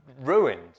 ruined